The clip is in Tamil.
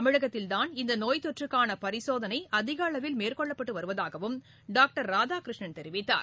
தமிழகத்தில் தான் இந்த நோய்த்தொற்றுக்கான பரிசோதனை அதிகளவில் மேற்கொள்ளப்பட்டு வருவதாகவும் டாக்டர் ராதாகிருஷ்ணன் தெரிவித்தார்